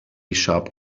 sharp